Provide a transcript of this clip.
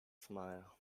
smile